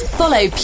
follow